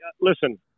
listen